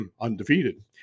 undefeated